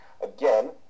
Again